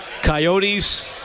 Coyotes